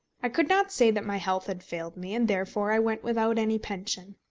i could not say that my health had failed me, and therefore i went without any pension.